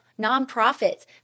nonprofits